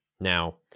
now